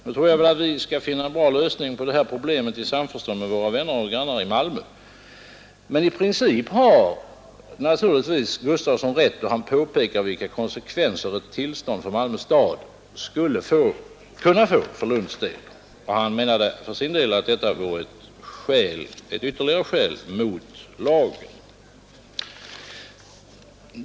Nu tror jag väl att vi skall finna en bra lösning på det här problemet i samförstånd med våra vänner och grannar i Malmö. Men i princip har naturligtvis Agne Gustafsson rätt då han påpekar vilka konsekvenser ett sådant tillstånd för Malmö stad skulle kunna få för Lunds del. Han menar att detta är ett ytterligare skäl mot lagen.